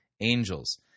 angels